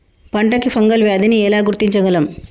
పంట కి ఫంగల్ వ్యాధి ని ఎలా గుర్తించగలం?